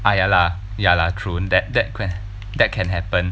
ah ya lah ya lah true that that could have that can happen